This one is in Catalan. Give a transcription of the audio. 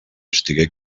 estigué